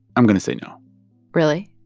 i'm going to say no really?